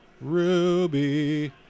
Ruby